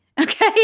Okay